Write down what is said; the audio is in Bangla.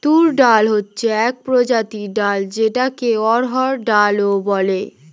তুর ডাল হচ্ছে এক প্রজাতির ডাল যেটাকে অড়হর ডাল ও বলে